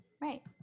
right